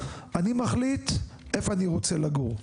אני מחליט איפה אני רוצה לגור.